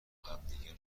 همدیگر